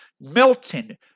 Melton